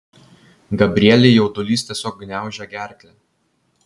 gabrielei jaudulys tiesiog gniaužė gerklę